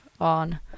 on